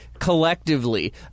collectively